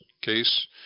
case